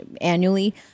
annually